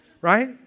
right